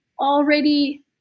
already